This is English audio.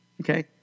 Okay